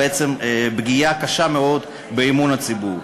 בעצם פגעו פגיעה קשה מאוד באמון הציבור.